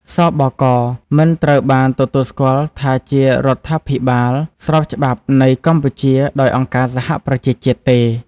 ស.ប.ក. មិនត្រូវបានទទួលស្គាល់ថាជារដ្ឋាភិបាលស្របច្បាប់នៃកម្ពុជាដោយអង្គការសហប្រជាជាតិទេ។